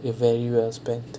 is very well spent